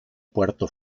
puerto